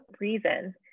reason